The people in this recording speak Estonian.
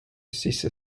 sisse